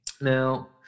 Now